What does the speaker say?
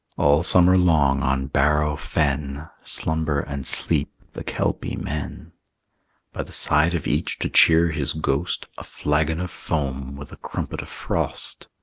all summer long on bareau fen slumber and sleep the kelpie men by the side of each to cheer his ghost, a flagon of foam with a crumpet of frost.